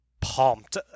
pumped